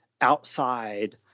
outside